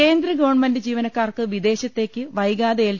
കേന്ദ്ര ഗവൺമെന്റ് ജീവനക്കാർക്ക് വിദേശത്തേക്ക് വൈകാതെ എൽ